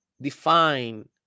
define